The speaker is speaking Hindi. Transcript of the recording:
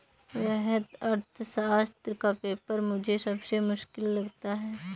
वृहत अर्थशास्त्र का पेपर मुझे सबसे मुश्किल लगता है